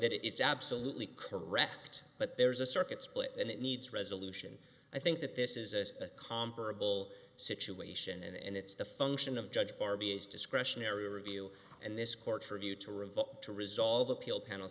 that it's absolutely correct but there's a circuit split and it needs resolution i think that this is a comparable situation and it's the function of judge r b s discretionary review and this court for you to revote to resolve appeal panel